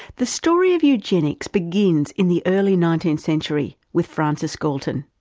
the story of eugenics begins in the early nineteenth century with francis galton,